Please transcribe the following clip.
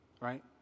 right